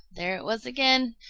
there it was again.